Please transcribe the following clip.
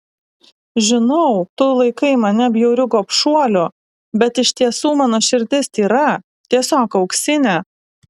žinau tu laikai mane bjauriu gobšuoliu bet iš tiesų mano širdis tyra tiesiog auksinė